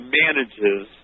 manages